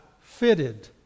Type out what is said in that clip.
fitted